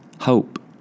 Hope